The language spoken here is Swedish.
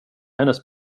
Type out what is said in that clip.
hennes